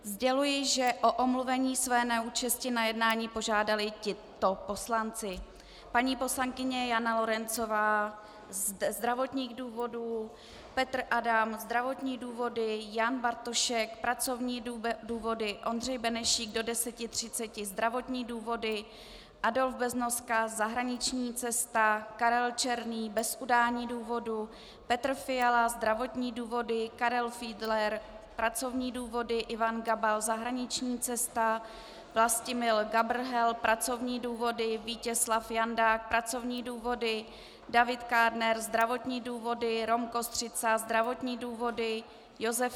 Sděluji, že o omluvení své neúčasti na jednání požádali tito poslanci: paní poslankyně Jana Lorencová ze zdravotních důvodů, Petr Adam zdravotní důvody, Jan Bartošek pracovní důvody, Ondřej Benešík do 10.30 zdravotní důvody, Adolf Beznoska zahraniční cesta, Karel Černý bez udání důvodu, Petr Fiala zdravotní důvody, Karel Fiedler pracovní důvody, Ivan Gabal zahraniční cesta, Vlastimil Gabrhel pracovní důvody, Vítězslav Jandák pracovní důvody, David Kádner zdravotní důvody, Rom Kostřica zdravotní důvody, Josef